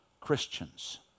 Christians